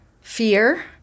fear